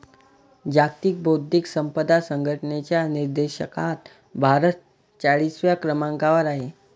जागतिक बौद्धिक संपदा संघटनेच्या निर्देशांकात भारत चाळीसव्या क्रमांकावर आहे